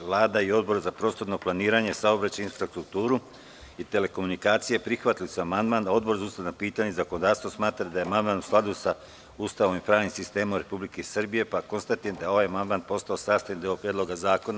Vlada i Odbor za prostorno planiranje, saobraćaj, infrastrukturu i telekomunikacije prihvatili su amandman, a Odbor za ustavna pitanja i zakonodavstvo smatra da je amandman u skladu sa Ustavom i pravnim sistemom Republike Srbije, pa konstatujem da je ovaj amandman postao sastavni deo Predloga zakona.